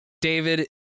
David